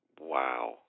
Wow